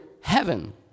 heaven